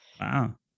Wow